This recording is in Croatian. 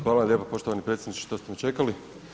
Hvala lijepo poštovani predsjedniče, što ste me čekali.